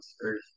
Earth